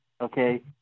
okay